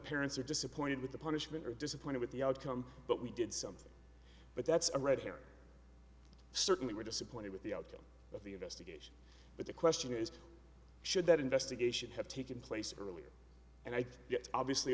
parents are disappointed with the punishment or are disappointed with the outcome but we did something but that's a red herring certainly we're disappointed with the outcome of the investigation but the question is should that investigation have taken place earlier and i